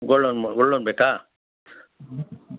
gold loan gold loan ಬೇಕಾ